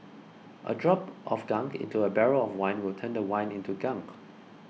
a drop of gunk into a barrel of wine will turn the wine into gunk